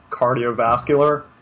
cardiovascular